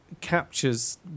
captures